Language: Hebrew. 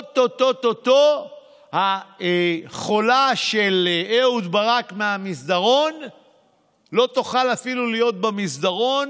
או-טו-טו החולה של אהוד ברק מהמסדרון לא תוכל אפילו להיות במסדרון,